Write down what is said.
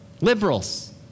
liberals